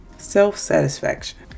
self-satisfaction